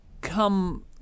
come